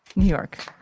new york,